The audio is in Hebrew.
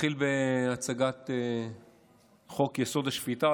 נתחיל בהצגת חוק-היסוד: השפיטה,